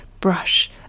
brush